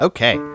Okay